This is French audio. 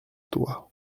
toi